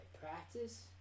practice